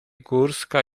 górska